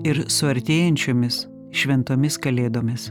ir su artėjančiomis šventomis kalėdomis